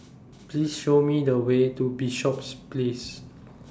Please Show Me The Way to Bishops Place